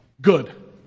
Good